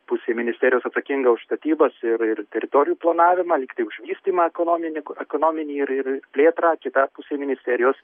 pusė ministerijos atsakinga už statybas ir ir teritorijų planavimą lygtai už vystymą ekonominį ekonominį ir ir plėtrą kita pusė ministerijos